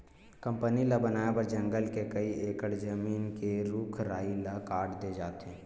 company ल बनाए बर जंगल के कइ एकड़ जमीन के रूख राई ल काट दे जाथे